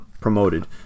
promoted